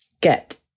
get